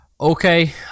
Okay